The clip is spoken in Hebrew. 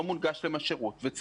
השירות לא מונגש להם,